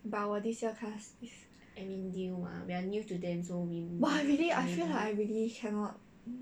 but 我 this year class !wah! really I feel like I really cannot